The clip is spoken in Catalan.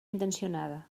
intencionada